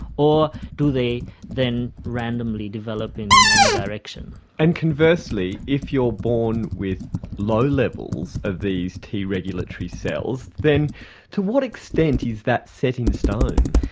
or do they then randomly develop in any direction. and conversely, if you're born with low levels of these t regulatory cells, then to what extent is that set in stone?